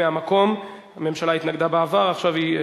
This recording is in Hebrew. חרמש, אושרה והיא תעבור